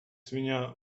свиня